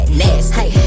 nasty